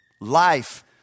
Life